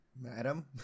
Madam